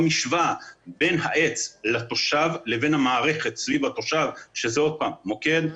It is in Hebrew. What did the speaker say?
במשוואה בין העץ לתושב לבין המערכת סביב התושב שזה מוקד,